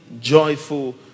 joyful